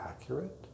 accurate